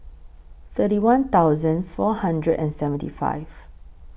thirty one thousand four hundred and seventy five